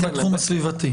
בתחום הסביבתי.